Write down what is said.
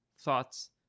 thoughts